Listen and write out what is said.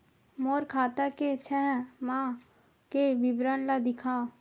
मोर खाता के छः माह के विवरण ल दिखाव?